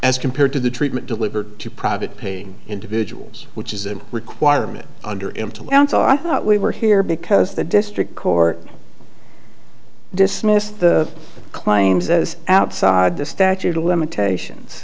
as compared to the treatment delivered to private paying individuals which is a requirement under him to lay down thought we were here because the district court dismissed the claims as outside the statute of limitations